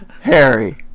Harry